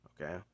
Okay